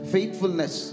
Faithfulness